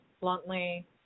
bluntly